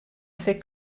fait